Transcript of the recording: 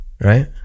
right